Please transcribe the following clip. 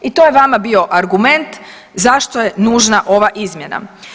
I to je vama bio argument zašto je nužna ova izmjena.